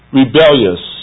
rebellious